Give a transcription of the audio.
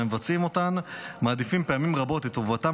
והמבצעים אותן מעדיפים פעמים רבות את טובתם